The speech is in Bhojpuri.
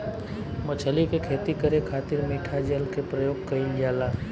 मछली के खेती करे खातिर मिठा जल के प्रयोग कईल जाला